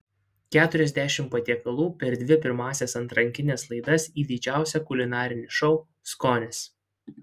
keturiasdešimt patiekalų per dvi pirmąsias atrankines laidas į didžiausią kulinarinį šou skonis